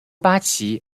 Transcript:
八旗